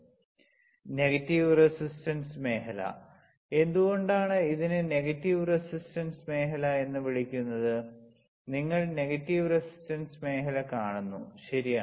negative resistance മേഖല എന്തുകൊണ്ടാണ് ഇതിനെ നെഗറ്റീവ് റെസിസ്റ്റൻസ് മേഖല എന്ന് വിളിക്കുന്നത് നിങ്ങൾ നെഗറ്റീവ് റെസിസ്റ്റൻസ് മേഖല കാണുന്നു ശരിയാണ്